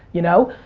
you know?